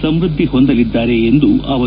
ಸಮೃದ್ಧಿ ಹೊಂದಲಿದ್ದಾರೆ ಎಂದರು